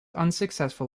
unsuccessful